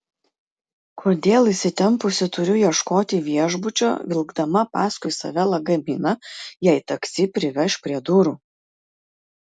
kodėl įsitempusi turiu ieškoti viešbučio vilkdama paskui save lagaminą jei taksi priveš prie durų